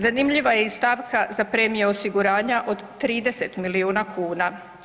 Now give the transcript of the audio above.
Zanimljiva je i stavka za premije osiguranja od 30 milijuna kuna.